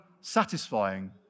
satisfying